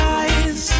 eyes